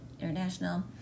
International